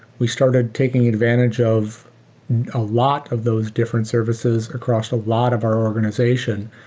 we started taking advantage of a lot of those different services across a lot of our organization,